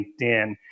LinkedIn